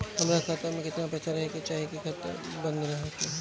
हमार खाता मे केतना पैसा रहे के चाहीं की खाता बंद ना होखे?